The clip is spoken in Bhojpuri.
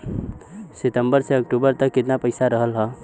सितंबर से अक्टूबर तक कितना पैसा रहल ह?